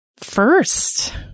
first